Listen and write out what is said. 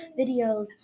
videos